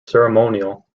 ceremonial